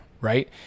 right